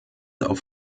auf